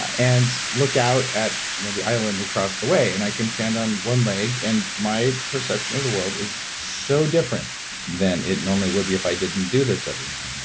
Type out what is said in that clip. and look out at you know the island across the way and i can stand on one leg and my perception of the world is so different than it normally would be if i didn't do this every now and then.